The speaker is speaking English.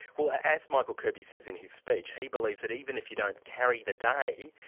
well as michael kirby says in his speech, he believes that even if you don't carry the day,